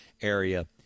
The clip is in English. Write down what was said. area